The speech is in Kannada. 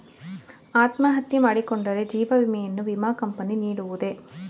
ಅತ್ಮಹತ್ಯೆ ಮಾಡಿಕೊಂಡರೆ ಜೀವ ವಿಮೆಯನ್ನು ವಿಮಾ ಕಂಪನಿ ನೀಡುವುದೇ?